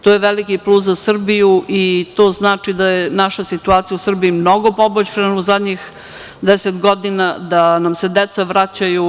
To je veliki plus za Srbiju i to znači da je naša situacija u Srbiji mnogo poboljšana u zadnjih 10 godina, da nam se deca vraćaju.